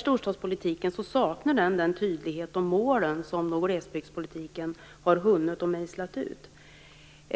Storstadspolitiken saknar den tydlighet och de mål som glesbygdspolitiken har hunnit mejsla ut.